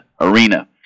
arena